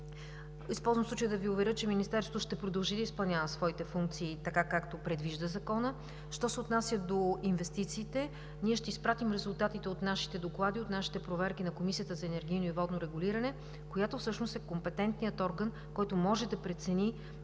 Използвам случая да Ви уверя, че Министерството ще продължи да изпълнява своите функции, така както предвижда Законът. Що се отнася до инвестициите – ние ще изпратим резултатите от нашите доклади, от нашите проверки на Комисията за енергийно и водно регулиране, която всъщност е компетентният орган, който може да прецени